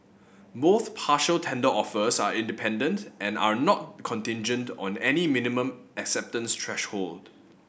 both partial tender offers are independent and are not contingent on any minimum acceptance threshold